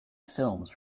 films